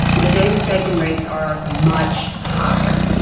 the davis-bacon rates are much higher.